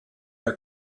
are